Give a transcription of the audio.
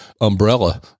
umbrella